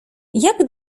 jak